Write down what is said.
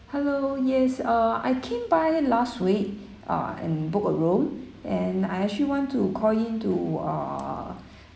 hello yes uh I came by last week uh and booked a room and I actually want to call in to uh